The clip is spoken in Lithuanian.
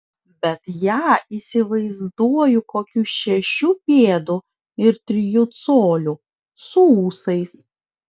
bet ją įsivaizduoju kokių šešių pėdų ir trijų colių su ūsais